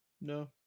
no